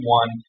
one